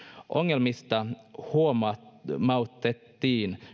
ongelmista huomautettiin